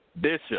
Bishop